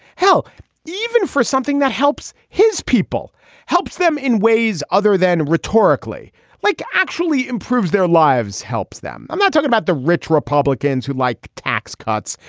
hell even for something that helps his people helps them in ways other than rhetorically like actually improves their lives helps them. i'm not talking about the rich republicans who like tax cuts.